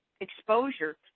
exposure